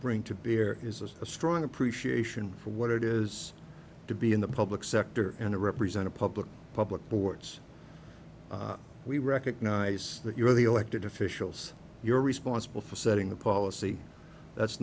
bring to bear is a strong appreciation for what it is to be in the public sector and to represent a public public boards we recognise that you are the elected officials you're responsible for setting the policy that's